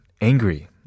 angry